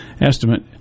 estimate